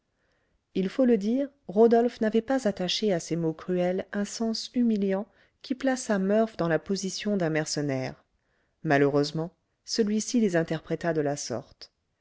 il faut le dire rodolphe n'avait pas attaché à ces mots cruels un sens humiliant qui plaçât murph dans la position d'un mercenaire malheureusement celui-ci les interpréta de la sorte